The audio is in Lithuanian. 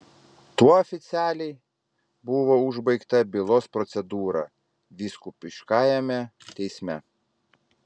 tuo oficialiai buvo užbaigta bylos procedūra vyskupiškajame teisme